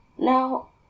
Now